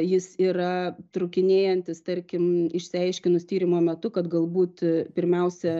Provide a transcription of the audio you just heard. jis yra trūkinėjantis tarkim išsiaiškinus tyrimo metu kad galbūt pirmiausia